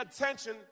attention